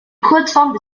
kurzform